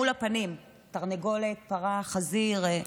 מול הפנים, תרנגולת, פרה, חזיר?